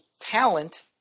talent